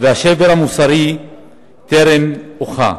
והשבר המוסרי טרם אוחה,